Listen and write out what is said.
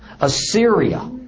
Assyria